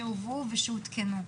שהובאו ושהותקנו.